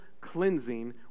cleansing